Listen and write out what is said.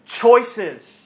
choices